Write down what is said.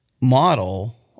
model –